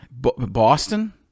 Boston